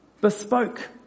bespoke